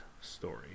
story